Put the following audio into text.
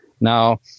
Now